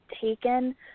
taken